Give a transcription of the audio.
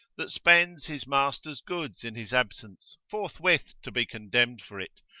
that spends his master's goods in his absence, forthwith to be condemned for it?